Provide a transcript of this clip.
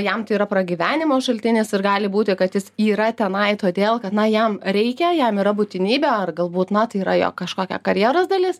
jam tai yra pragyvenimo šaltinis ir gali būti kad jis yra tenai todėl kad na jam reikia jam yra būtinybė ar galbūt na tai yra jo kažkokia karjeros dalis